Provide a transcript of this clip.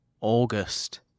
August